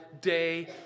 day